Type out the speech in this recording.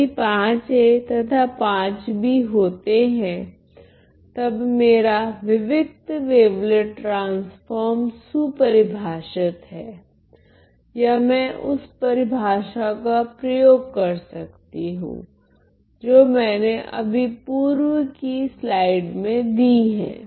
यदि Va तथा Vb होते है तब मेरा विविक्त वेवलेट ट्रांसफोर्म सुपरिभाषित है या मैं उस परिभाषा का प्रयोग कर सकती हूँ जो मैंने अभी पूर्व कि स्लाइड में दी हैं